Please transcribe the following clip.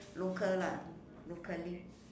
local lah locally